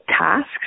tasks